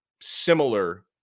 similar